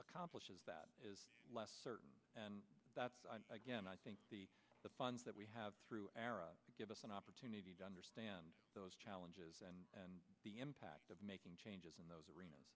accomplish is that is less certain and that again i think the funds that we have through give us an opportunity to understand those challenges and the impact of making changes in those arenas